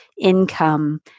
income